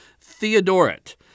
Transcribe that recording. Theodoret